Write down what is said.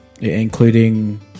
including